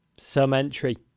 some entry.